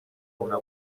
una